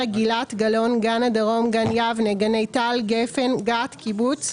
גילת גלאון גן הדרום גן יבנה גני טל גפן גת (קיבוץ)